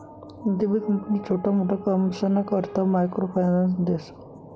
कोणतीबी कंपनी छोटा मोटा कामसना करता मायक्रो फायनान्स देस